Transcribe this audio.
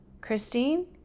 Christine